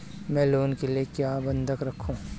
मैं लोन के लिए क्या बंधक रखूं?